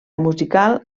musical